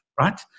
right